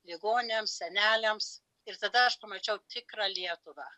ligoniams seneliams ir tada aš pamačiau tikrą lietuvą